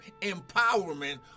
empowerment